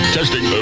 Testing